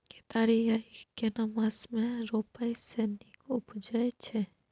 केतारी या ईख केना मास में रोपय से नीक उपजय छै?